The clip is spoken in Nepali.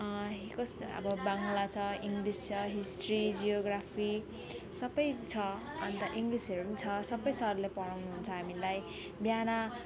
कस्तो अब बाङ्ला छ इङ्लिस छ हिस्ट्री जियोग्राफी सबै छ अन्त इङ्लिसहरू पनि छ सबै सरले पठाउनुहुन्छ हामीलाई बिहान